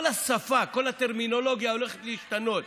כל השפה, כל הטרמינולוגיה הולכת להשתנות.